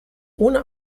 ohne